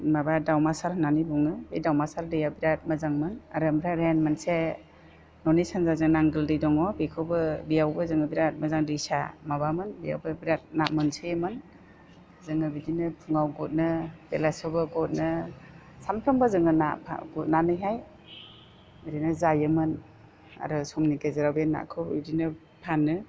माबा दाउमासार होननानै बुङो बे दाउमासार दैया बिराद मोजांमोन आरो ओमफ्राय ओरैहाय मोनसे न'नि सानजाजों नांगोल दै दङ बेखौबो बेयावबो जोङो बिराद मोजां दैसा माबामोन बेयावबो बिराद ना मोनसोयोमोन जोङो बिदिनो फुङाव गुरनो बेलासियावबो गुरनो सानफ्रामबो जोङो ना गुरनानैहाय बिदिनो जायोमोन आरो समनि गेजेराव बे नाखौ बेदिनो फानो